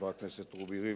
חבר הכנסת רובי ריבלין,